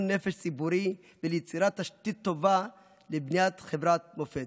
נפש ציבורי וליצירת תשתית טובה לבניית חברת מופת.